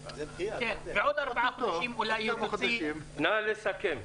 בעוד ארבעה חודשים אולי היא תוציא --- נא לסכם.